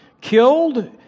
killed